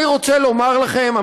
אני רוצה לומר לכם,